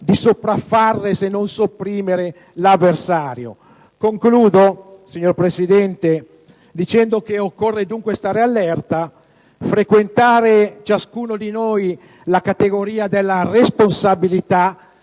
di sopraffare, se non sopprimere, l'avversario. Concludo, signor Presidente, dicendo che occorre dunque stare all'erta, frequentare ciascuno di noi la categoria della responsabilità,